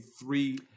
three